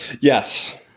Yes